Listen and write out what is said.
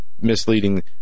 misleading